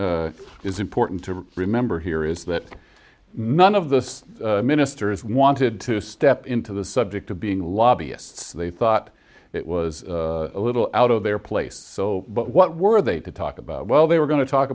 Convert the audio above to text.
that is important to remember here is that none of this ministers wanted to step into the subject to being lobbyists they thought it was a little out of their place so what were they to talk about well they were going to talk